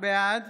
בעד